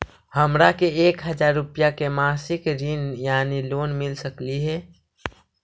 हमरा के एक हजार रुपया के मासिक ऋण यानी लोन मिल सकली हे?